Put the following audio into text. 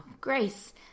grace